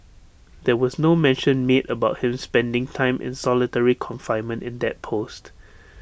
there was no mention made about him spending time in solitary confinement in that post